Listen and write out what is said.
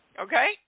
okay